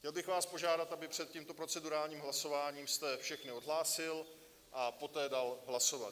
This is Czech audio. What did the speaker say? Chtěl bych vás požádat, aby před tímto procedurálním hlasováním jste všechny odhlásil a poté dal hlasovat.